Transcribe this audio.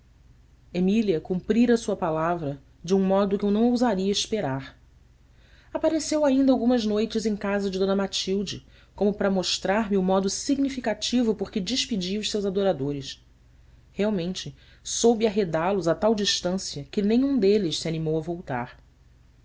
emília cumprira sua palavra de um modo que eu não ousaria esperar apareceu ainda algumas noites em casa de d matilde como para mostrar-me o modo significativo por que despedia os seus adoradores realmente soube arredá los a tal distância que nem um deles se animou a voltar